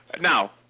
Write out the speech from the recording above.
Now